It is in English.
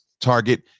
target